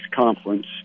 conference